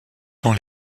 dans